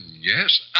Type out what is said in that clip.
yes